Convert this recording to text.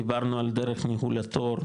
דיברנו על דרך ניהול התור,